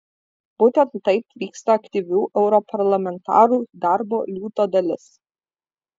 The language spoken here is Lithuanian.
būtent taip vyksta aktyvių europarlamentarų darbo liūto dalis